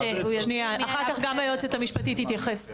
אחר כך גם היועצת המשפטית תתייחס.